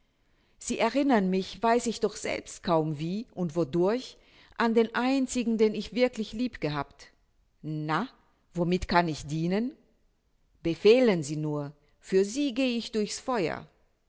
sie erinnern mich weiß ich doch selbst kaum wie und wodurch an den einzigen den ich wirklich lieb gehabt na womit kann ich dienen befehlen sie nur für sie geh ich durch's feuer